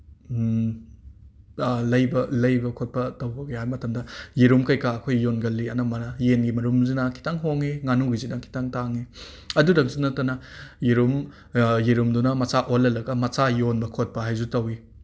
ꯂꯩꯕ ꯂꯩꯕ ꯈꯣꯠꯄ ꯇꯧꯕ ꯀꯌꯥ ꯃꯇꯝꯗ ꯌꯦꯔꯨꯝ ꯀꯩꯀꯥ ꯑꯩꯈꯣꯏ ꯌꯣꯟꯒꯜꯂꯤ ꯑꯅꯝꯕꯅ ꯌꯦꯟꯒꯤ ꯃꯔꯨꯝꯁꯤꯅ ꯈꯤꯇꯪ ꯍꯣꯡꯉꯤ ꯉꯥꯅꯨꯒꯤꯁꯤꯅ ꯈꯤꯇꯪ ꯇꯥꯡꯉꯤ ꯑꯗꯨꯗꯪꯁꯨ ꯅꯠꯇꯅ ꯌꯦꯔꯨꯝ ꯌꯦꯔꯨꯝꯗꯨꯅ ꯃꯆꯥ ꯑꯣꯜꯍꯜꯂꯒ ꯃꯆꯥ ꯌꯣꯟꯕ ꯈꯣꯠꯄ ꯍꯥꯏꯁꯨ ꯇꯧꯋꯤ